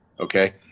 Okay